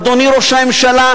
אדוני ראש הממשלה,